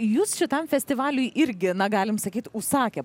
jus šitam festivaliui irgi na galim sakyt užsakė